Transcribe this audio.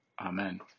Amen